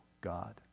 God